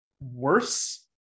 worse